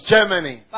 Germany